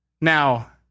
Now